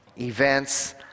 events